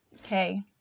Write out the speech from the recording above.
okay